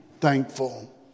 thankful